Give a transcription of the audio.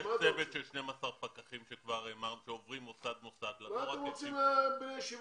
יש צוות של 12 פקחים שעוברים מוסד מוסד לבדוק את הכללים.